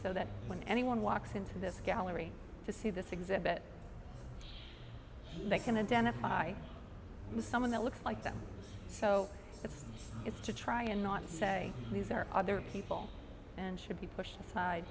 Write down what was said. so that when anyone walks into this gallery to see this exhibit they can identify someone that looks like them so that it's to try and not say these are other people and should be pushed aside